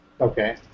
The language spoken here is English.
Okay